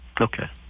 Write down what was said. Okay